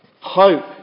Hope